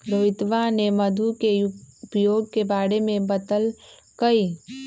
रोहितवा ने मधु के उपयोग के बारे में बतल कई